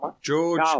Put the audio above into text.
George